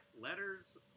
letters